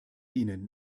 ihnen